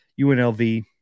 UNLV